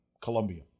Colombia